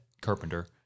Carpenter